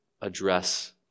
address